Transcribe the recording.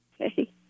Okay